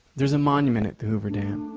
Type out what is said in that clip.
there's a monument at the hoover dam.